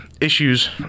issues